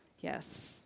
Yes